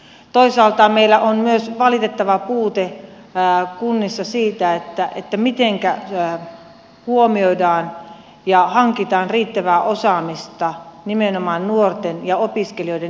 toisaalta meillä on myös valitettava puute kunnissa siitä mitenkä huomioidaan ja hankitaan riittävää osaamista nimenomaan nuorten ja opiskelijoiden erityiskysymyksiin